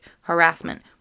harassment